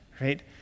right